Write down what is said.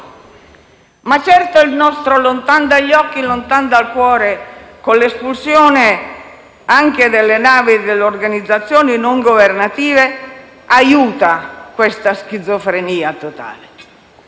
di certo il nostro «lontano dagli occhi, lontano dal cuore» con l'espulsione anche delle navi delle organizzazioni non governative aiuta questa schizofrenia totale.